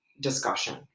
discussion